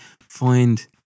find